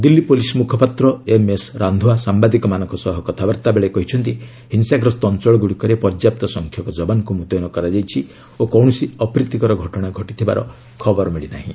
Delhi police ମୁଖପାତ୍ର MS Randhawa ସାମ୍ବାଦିକମାନଙ୍କ ସହ କଥାବାର୍ତ୍ତା ବେଳେ କହିଛନ୍ତି ହିଂସାଗ୍ରସ୍ତ ଅଞ୍ଚଳଗୁଡ଼ିକରେ ପର୍ଯ୍ୟାନ୍ତ ସଂଖ୍ୟକ ଯବାନଙ୍କୁ ମୁତୟନ କରାଯାଇଛି ଓ କୌଣସି ଅପ୍ରୀତିକର ଘଟଣା ଘଟିଥିବାର ଖବର ମିଳିନାହିଁ